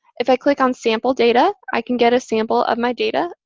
if i click on sample data, i can get a sample of my data.